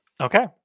Okay